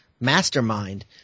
mastermind